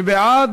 מי בעד?